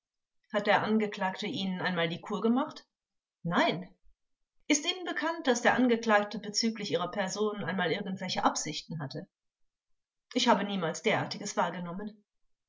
hat der angeklagte ihnen einmal die kur gemacht zeugin nein vors ist ihnen bekannt daß der angeklagte bezüglich ihrer person einmal irgendwelche absichten hatte zeugin ich habe niemals derartiges wahrgenommen